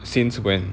since when